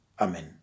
Amen